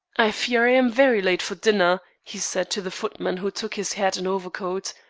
i fear i am very late for dinner, he said to the footman who took his hat and overcoat.